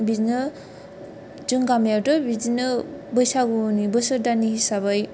बिदिनो जों गामियावथ' बिदिनो बैसागुनि बोसोर दाननि हिसाबै